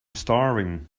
starving